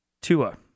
Tua